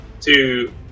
two